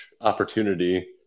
opportunity